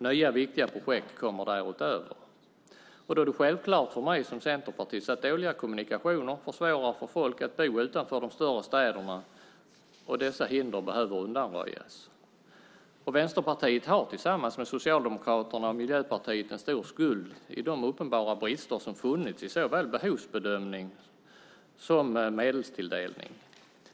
Nya viktiga projekt kommer därutöver. Det är självklart för mig som centerpartist att dåliga kommunikationer försvårar för folk att bo utanför de större städerna. Dessa hinder behöver undanröjas. Vänsterpartiet har tillsammans med Socialdemokraterna och Miljöpartiet en stor skuld i de uppenbara brister som har funnits i såväl behovsbedömning som medelstilldelning.